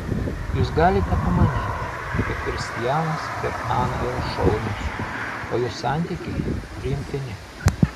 jūs galite pamanyti kad kristijanas ir ana yra šaunūs o jų santykiai priimtini